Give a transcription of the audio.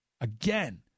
again